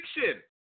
fiction